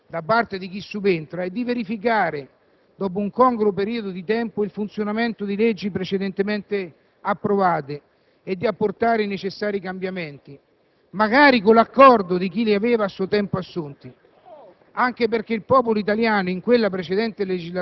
Quello che è concesso, perché doveroso, a chi subentra è di verificare, dopo un congruo periodo di tempo, il funzionamento di leggi precedentemente approvate e di apportare i necessari cambiamenti, magari con l'accordo di chi li aveva a suo tempo assunti,